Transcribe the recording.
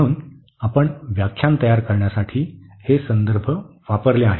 म्हणून आपण व्याख्याने तयार करण्यासाठी हे संदर्भ वापरले आहेत